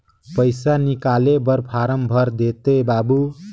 पइसा निकाले बर फारम भर देते बाबु?